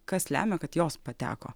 kas lemia kad jos pateko